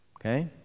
okay